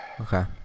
Okay